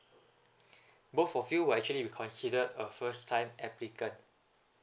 both of you will actually be considered a first time applicant